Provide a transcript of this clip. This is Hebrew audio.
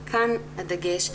וכאן הדגש,